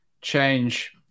change